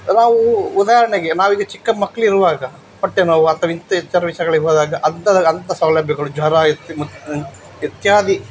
ನಾವು ಉದಾಹರಣೆಗೆ ನಾವೀಗ ಚಿಕ್ಕ ಮಕ್ಕಳಿರುವಾಗ ಹೊಟ್ಟೆನೋವು ಅಥವಾ ಇಂಥ ವಿಚಾರ ವಿಷ್ಯಗಳಿಗೆ ಹೋದಾಗ ಅಂತದಾಗ ಅಂತ ಸೌಲಭ್ಯಗಳು ಜ್ವರ ಇತ್ತು ಮತ್ತು ಇತ್ಯಾದಿ